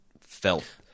felt